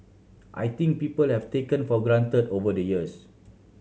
I think people have taken for granted over the years